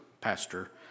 pastor